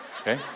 okay